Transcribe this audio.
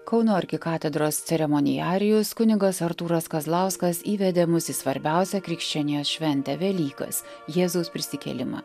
kauno arkikatedros ceremonijarijus kunigas artūras kazlauskas įvedė mus į svarbiausią krikščionijos šventę velykas jėzaus prisikėlimą